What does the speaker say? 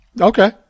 Okay